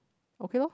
okay lor